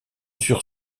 sur